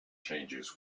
changes